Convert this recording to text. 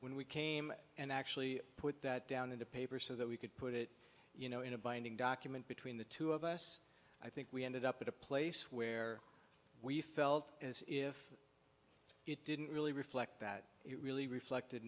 when we came and actually put that down in the paper so that we could put it you know in a binding document between the two of us i think we ended up at a place where we felt as if it didn't really reflect that it really reflected